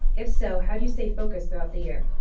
if so, how do you stay focused throughout the year?